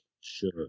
Sure